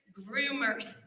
groomers